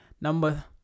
number